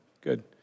Good